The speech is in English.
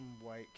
white